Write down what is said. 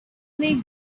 league